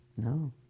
No